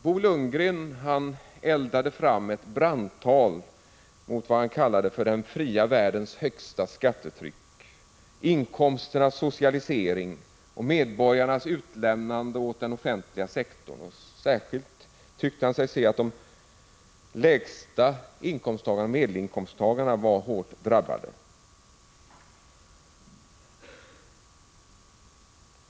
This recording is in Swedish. Bo Lundgren eldade fram ett brandtal mot vad han kallade den fria världens högsta skattetryck, inkomsternas socialisering och medborgarnas utlämnande åt den offentliga sektorn. Särskilt tyckte han sig se att de lägsta inkomsttagarna och medelinkomsttagarna var hårt drabbade.